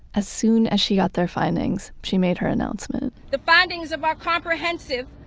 as soon as she got their findings, she made her announcement the findings of our comprehensive,